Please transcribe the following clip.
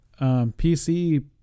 PC